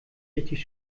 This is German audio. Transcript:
richtig